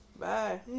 Bye